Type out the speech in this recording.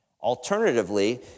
Alternatively